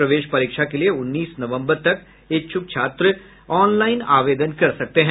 प्रवेश परीक्षा के लिये उन्नीस नवंबर तक इच्छुक छात्र ऑनलाइन आवेदन कर सकते हैं